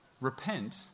Repent